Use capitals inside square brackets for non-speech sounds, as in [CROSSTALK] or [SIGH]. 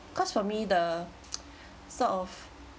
cause for me the [NOISE] sort of